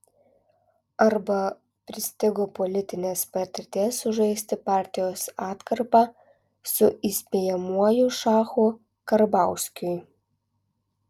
arba pristigo politinės patirties sužaisti partijos atkarpą su įspėjamuoju šachu karbauskiui